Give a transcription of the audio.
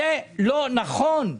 אבל זה לא נכון.